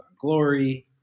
Glory